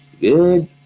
Good